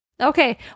Okay